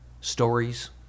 stories